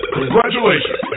congratulations